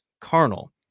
carnal